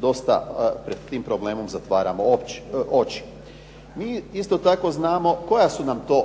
dosta pred tim problemom zatvaramo oči. Mi isto tako znamo koja su nam to